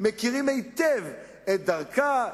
מכירים היטב את דרכה,